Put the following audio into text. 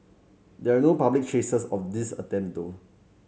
there are no public traces of these attempt though